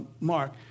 Mark